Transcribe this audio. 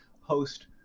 host